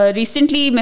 recently